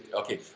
okay,